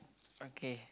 okay